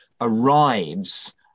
arrives